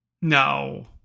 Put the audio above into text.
No